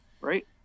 Right